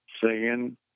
singing